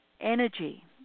energy